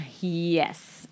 Yes